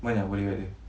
mana bodyguard dia